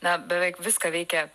na beveik viską veikia